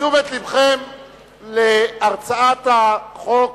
תשומת לבכם להרצאת החוק